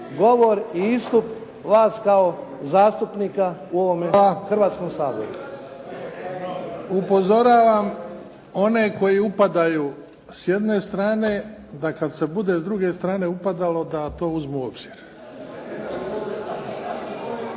govori i istup vas kao zastupnika u ovome Hrvatskom saboru. **Bebić, Luka (HDZ)** Hvala. Upozoravam one koji upadaju s jedne strane, da kad se bude s druge strane upadalo da to uzmu u obzir